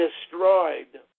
destroyed